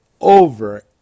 over